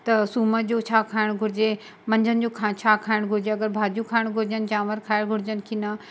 त सूमर जो छा खाइणु घुरिजे मंझंदि जो खा छा खाइणु घुरिजे अगरि भाॼियूं खाइणु घुरिजनि चांवर खाइणु घुरिजनि कि न